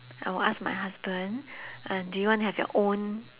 I'll ask my husband uh do you want to have your own